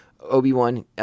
Obi-Wan